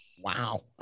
Wow